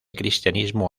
cristianismo